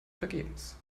vergebens